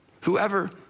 Whoever